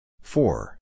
Four